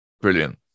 brilliant